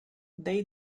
they